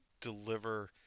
deliver